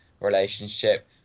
relationship